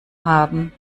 haben